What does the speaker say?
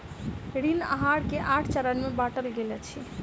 ऋण आहार के आठ चरण में बाटल गेल अछि